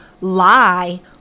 lie